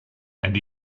and